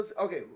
Okay